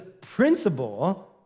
principle